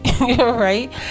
right